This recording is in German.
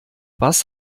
was